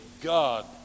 God